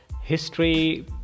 history